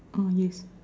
ah yes